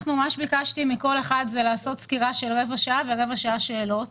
ביקשתי מכל אחד לעשות סקירה של רבע שעה ורבע שעה שאלות